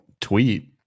tweet